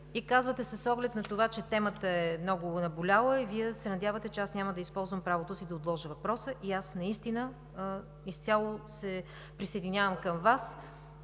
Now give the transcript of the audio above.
И казвате – с оглед на това, че темата е много наболяла, Вие се надявате, че аз няма да използвам правото си да отложа въпроса. И аз наистина изцяло се присъединявам към Вас